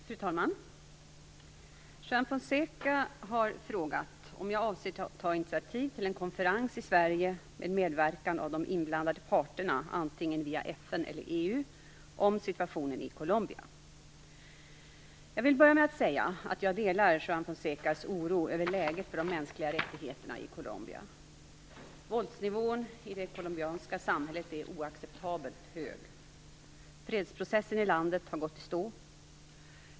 Fru talman! Juan Fonseca har frågat om jag avser ta initiativ till en konferens i Sverige med medverkan av de inblandade parterna, antingen via FN eller EU, om situationen i Colombia. Jag vill börja med att säga att jag delar Juan Fonsecas oro över läget för de mänskliga rättigheterna i Colombia. Våldsnivån i det colombianska samhället är oacceptabelt hög. Fredsprocessen i landet har gått i stå.